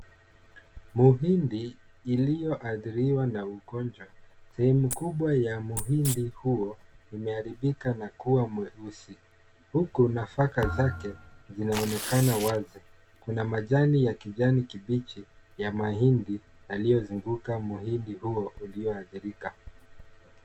Mahindi iliyoathiriwa na ugonjwa. Sehemu kubwa ya mahindi huo imeharibika na kuwa mweusi huku nafaka zake zinaonekana wazi. Kuna majani ya kijani kibichi ya mahindi yaliyozunguka mahindi huo ulioathirika.